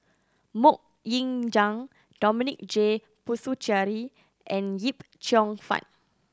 Mok Ying Jang Dominic J Puthucheary and Yip Cheong Fun